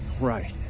Right